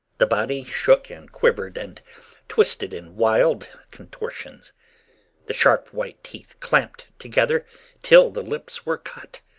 the body shook and quivered and twisted in wild contortions the sharp white teeth champed together till the lips were cut,